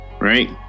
right